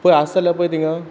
पय आसा जाल्या पय थिंगां